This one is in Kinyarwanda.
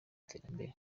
iterambere